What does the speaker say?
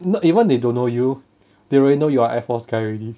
not even they don't know you they already know you are air force guy already